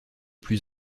plus